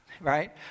right